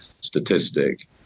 statistic